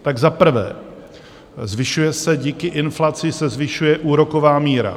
Tak za prvé, zvyšuje se, díky inflaci se zvyšuje úroková míra.